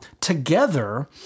together